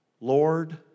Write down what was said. Lord